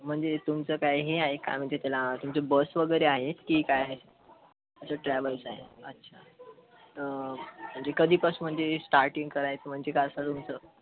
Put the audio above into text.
म्हणजे तुमचं काय हे आहे का म्हणजे त्याला तुमची बस वगैरे आहे की काय आहे अच्छा ट्रॅव्हल्स आहे अच्छा म्हणजे कधीपासून म्हणजे स्टार्टिंग करायचं म्हणजे काय असं तुमचं